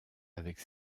avec